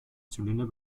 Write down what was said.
zylinder